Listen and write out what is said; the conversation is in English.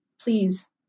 please